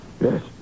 Yes